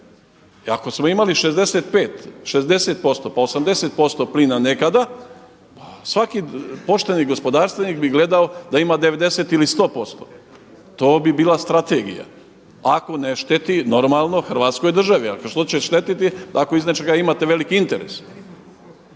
Ako smo imali 65, 60%, pa 80% plina nekada, pa svaki pošteni gospodarstvenik bi gledao da ima 90 ili 100%. To bi bila strategija ako ne šteti normalno Hrvatskoj državi. A što će štetiti ako iz nečega imate veliki interes?